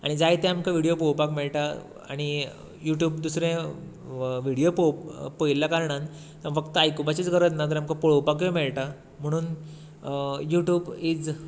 आनी जाय ते आमकां व्हिडीयो पळोवपाक मेळटा आनी युट्युब दुसरें व्हिडीयो पळयल्ल्या कारणान ते फक्त आयकुपाचीच गरज ना तर आमकां पळोवपाकूय मेळटा म्हणून युट्युब इज